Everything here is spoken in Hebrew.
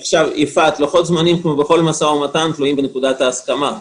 לוחות זמנים תלויים בנקודת ההסכמה.